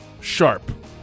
sharp